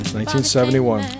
1971